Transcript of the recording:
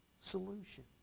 Solution